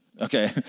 Okay